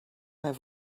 have